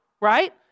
right